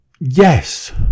Yes